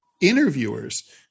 interviewers